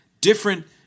Different